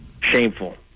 Shameful